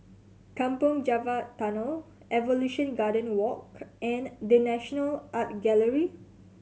Kampong Java Tunnel Evolution Garden Walk and The National Art Gallery